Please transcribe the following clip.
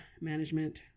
management